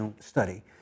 study